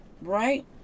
right